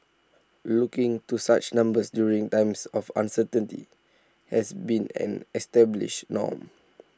looking to such numbers during times of uncertainty has been an established norm